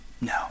No